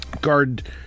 Guard